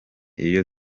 iyo